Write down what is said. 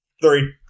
Three